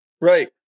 Right